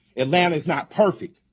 atlanta is not perfect,